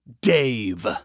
Dave